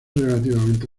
relativamente